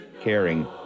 caring